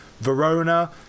Verona